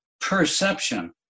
perception